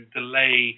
delay